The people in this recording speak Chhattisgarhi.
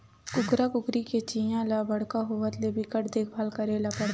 कुकरा कुकरी के चीया ल बड़का होवत ले बिकट देखभाल करे ल परथे